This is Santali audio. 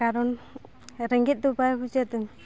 ᱠᱟᱨᱚᱱ ᱨᱮᱸᱜᱮᱡ ᱫᱚ ᱵᱟᱭ ᱵᱩᱡᱟ ᱛᱚ